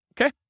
Okay